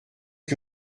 que